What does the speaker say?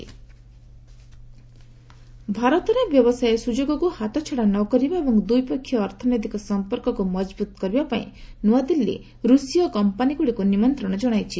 ପ୍ରଭୁ ରୁଷିଆ ଭାରତରେ ବ୍ୟବସାୟ ସୁଯୋଗକୁ ହାତଛଡ଼ା ନକରିବା ଏବଂ ଦ୍ୱିପକ୍ଷୀୟ ଅର୍ଥନୈତିକ ସମ୍ପର୍କକୁ ମଜବୁତ କରିବା ପାଇଁ ନୂଆଦିଲ୍ଲୀ ରୁଷୀୟ କମ୍ପାନୀଗୁଡ଼ିକୁ ନିମନ୍ତ୍ରଣ ଜଣାଇଛି